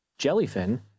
Jellyfin